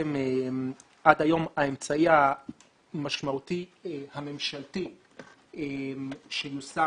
עד היום האמצעי המשמעותי הממשלתי שיושם